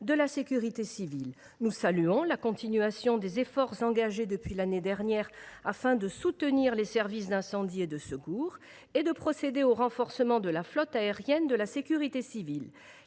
de la sécurité civile. Nous saluons la continuation des efforts engagés depuis l’année dernière, afin de soutenir les services d’incendie et de secours et de procéder au renforcement de la flotte aérienne de la sécurité civile.